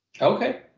okay